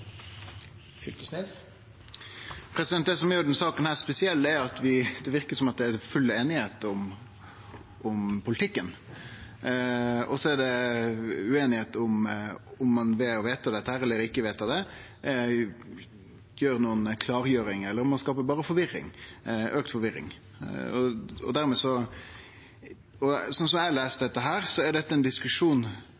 at det verkar som om det er full einigheit om politikken, og så er det ueinigheit om ein ved å vedta eller ikkje å vedta dette gjer ei klargjering, eller om ein berre skapar auka forvirring. Slik eg les dette, er dette ein diskusjon der vi har bringa Stortinget langt inn i ein teoretisk debatt som